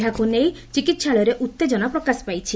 ଏହାକୁ ନେଇ ଚିକିହାଳୟରେ ଉଉେଜନା ପ୍ରକାଶ ପାଇଛି